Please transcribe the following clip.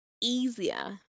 easier